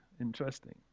interesting